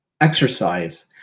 exercise